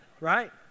Right